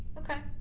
okay.